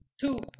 Two